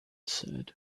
said